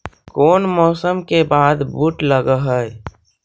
कोन मौसम के बाद बुट लग है?